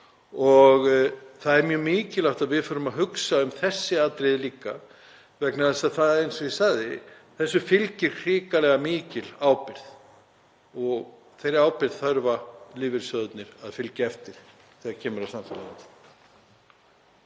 og það er mjög mikilvægt að við förum að hugsa um þessi atriði líka vegna þess að, eins og ég sagði, þessu fylgir hrikalega mikil ábyrgð og þeirri ábyrgð þurfa lífeyrissjóðirnir að fylgja eftir þegar kemur að samfélaginu.